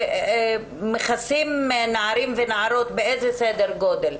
ומכסים נערים ונערות באיזה סדר גודל?